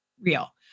real